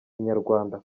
inyarwanda